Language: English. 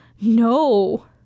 no